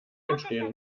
entstehen